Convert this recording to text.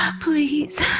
Please